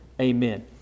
Amen